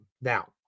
Now